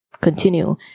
continue